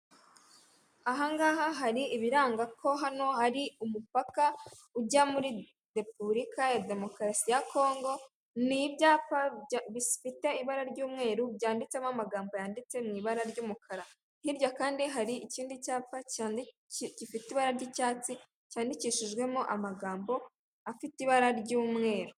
Aha ngaha hari ibiranga ko hano hari umupaka ujya muri repubulika ya demokarasi ya Kongo, ni ibyapa bifite ibara ry'umweru byanditsemo amagambo yanditse mu ibara ry'umukara. Hirya kandi hari ikindi cyapa gifite ibara ry'icyatsi, cyandikishijwemo amagambo afite ibara ry'umweru.